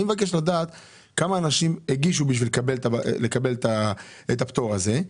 אני מבקש לדעת כמה אנשים הגישו כדי לקבל את הפטור הזה,